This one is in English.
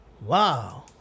Wow